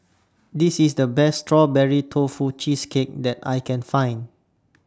This IS The Best Strawberry Tofu Cheesecake that I Can Find